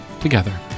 together